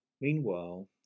Meanwhile